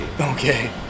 Okay